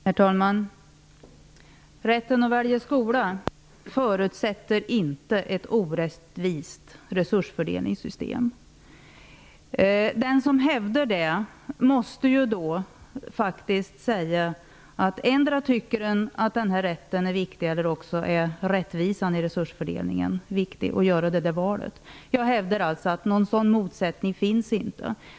Herr talman! Rätten att välja skola förutsätter inte ett orättvist resursfördelningssystem. Endera är den här rätten viktigare eller också är rättvisan i resursfördelningen viktig när det gäller valet. Jag hävdar alltså att det inte finns någon motsättning i det avseendet.